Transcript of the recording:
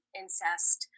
incest